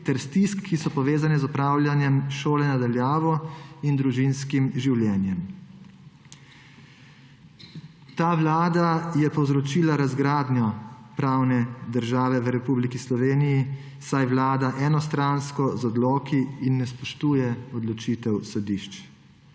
ter stisk, ki so povezane z opravljanjem šole na daljavo in družinskim življenjem. Ta vlada je povzročila razgradnjo pravne države v Republiki Sloveniji, saj vlada enostransko, z odloki in ne spoštuje odločitev sodišč.